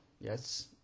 yes